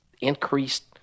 increased